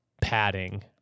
padding